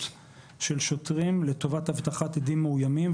של שוטרים לטובת אבטחת עדים מאוימים,